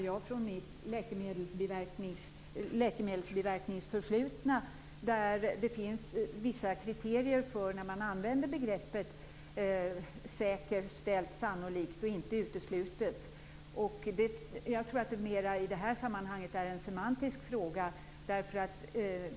Jag har ett läkemedelsbiverkningsförflutet där det finns vissa kriterier för hur man använder begreppen "säkerställt", "sannolikt" och "inte uteslutet". Jag tror att det i det här sammanhanget mera är en semantisk fråga.